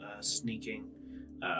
sneaking